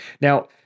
Now